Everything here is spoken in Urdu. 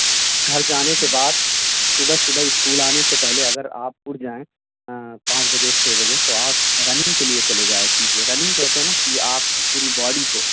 گھر جانے کے بعد صبح صبح اسکول آنے سے پہلے اگر آپ اُٹھ جائیں پانچ بجے چھ بجے تو آپ رننگ کے لیے چلے جائیں کیجیے رننگ کہتے ہیں نا کہ آپ کی پوری باڈی کو